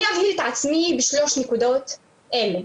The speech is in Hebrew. אני אבהיר את עצמי בשלוש נקודות אלה.